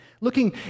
looking